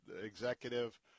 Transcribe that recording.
Executive